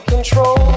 Control